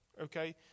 Okay